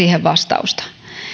siihen vastausta